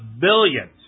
billions